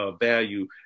value